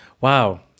wow